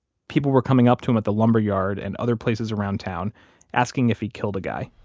people were coming up to him at the lumberyard and other places around town asking if he killed a guy